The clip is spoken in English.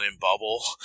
bubble